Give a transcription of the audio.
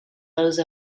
those